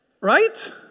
Right